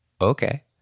Okay